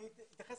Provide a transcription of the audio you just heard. אני אתייחס